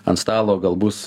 ant stalo gal bus